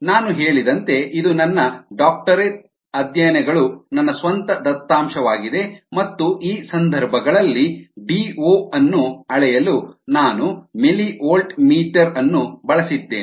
ನಾನು ಹೇಳಿದಂತೆ ಇದು ನನ್ನ ಡಾಕ್ಟರೇಟ್ ಅಧ್ಯಯನಗಳು ನನ್ನ ಸ್ವಂತ ದತ್ತಾಂಶವಾಗಿದೆ ಮತ್ತು ಈ ಸಂದರ್ಭಗಳಲ್ಲಿ ಡಿಒ ಅನ್ನು ಅಳೆಯಲು ನಾನು ಮಿಲಿವೋಲ್ಟ್ ಮೀಟರ್ ಅನ್ನು ಬಳಸಿದ್ದೇನೆ